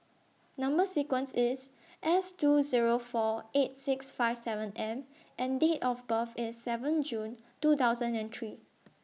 Number sequence IS S two Zero four eight six five seven M and Date of birth IS seven June two thousand and three